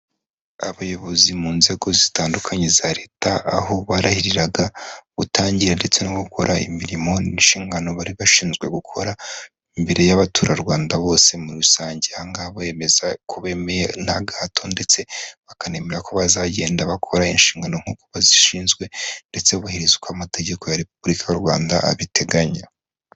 Abayobozi mu nzego zitandukanye za Leta, aho barahiriraga gutangira ndetse no gukora imirimo n'inshingano bari bashinzwe gukora, imbere y'abaturarwanda bose muri rusange, aha ngaha bemeza ko bemeye ntagahato ndetse bakanemera ko bazagenda bakora inshingano nk'uko babishinzwe, ndetse bubahirizwa uko amategeko ya Repubulika y'u Rwanda abiteganya.